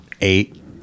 eight